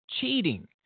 Cheating